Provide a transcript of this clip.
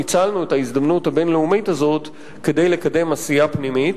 ניצלנו את ההזדמנות הבין-לאומית הזאת כדי לקדם עשייה פנימית.